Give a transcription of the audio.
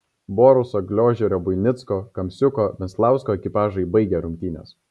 boruso gliožerio buinicko kamsiuko venslausko ekipažai baigė rungtynes